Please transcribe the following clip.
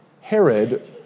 Herod